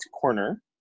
corner